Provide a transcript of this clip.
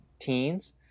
teens